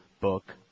book